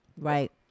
Right